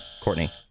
Courtney